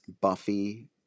Buffy